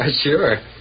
sure